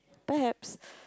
perhaps